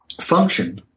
function